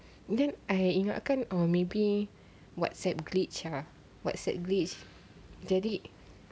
then I ingatkan oh maybe whatsapp glitch ah whatsapp glitch jadi